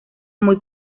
muy